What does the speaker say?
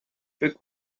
فکر